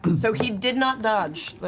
and so he did not dodge,